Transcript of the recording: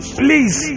please